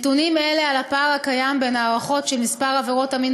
נתונים אלה על הפער הקיים בין ההערכות של מספר עבירות המין